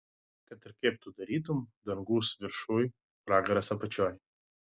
kad ir kaip tu darytum dangus viršuj pragaras apačioj